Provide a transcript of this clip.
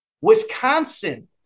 Wisconsin